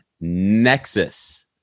Nexus